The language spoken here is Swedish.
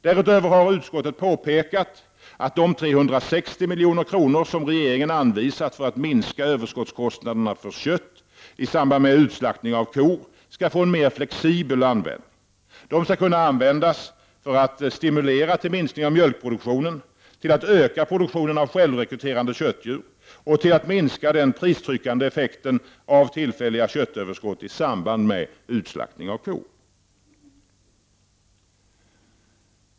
Därutöver har utskottet påpekat att de 360 milj.kr. som regeringen anvisat för att minska överskottskostnaderna för kött i samband med utslaktningen av kor skall få en mer flexibel användning. De skall kunna användas för att stimulera till minskning av mjölkproduktionen, till att öka produktionen av självrekryterande köttdjur och till att minska den pristryckande effekten av tillfälliga köttöverskott i samband med utslaktningen av kor.